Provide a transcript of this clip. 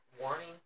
warning